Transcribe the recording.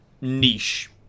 niche